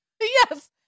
Yes